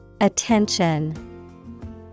Attention